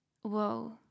whoa